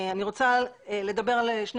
אני רוצה לדבר על שני